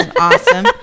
Awesome